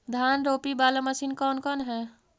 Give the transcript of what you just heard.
धान रोपी बाला मशिन कौन कौन है?